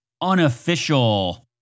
unofficial